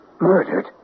Murdered